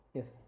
Yes